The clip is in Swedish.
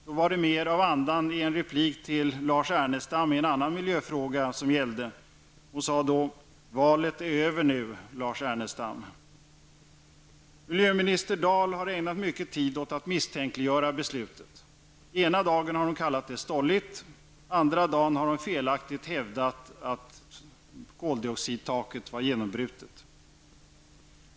Då var det mer andan i en replik till Lars Ernestam i en annan miljöfråga som gällde. Hon sade då: Valet är över nu, Lars Ernestam. Miljöminister Dahl har ägnat mycket tid åt att misstänkliggöra beslutet. Ena dagen har hon kallat det ''stolligt'', andra dagen har hon felaktigt hävdat att koldioxidtaket var genombrutet.